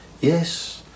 Yes